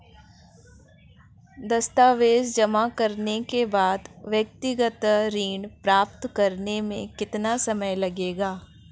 दस्तावेज़ जमा करने के बाद व्यक्तिगत ऋण प्राप्त करने में कितना समय लगेगा?